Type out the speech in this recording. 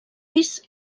pis